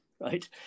right